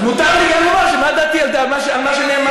אז מותר לי לומר מה דעתי על מה שנאמר.